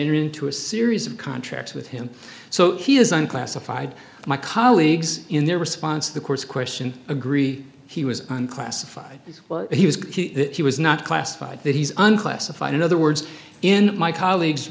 enter into a series of contracts with him so he isn't classified my colleagues in their response to the course question agree he was classified what he was he was not classified that he's unclassified in other words in my colleague